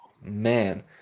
Man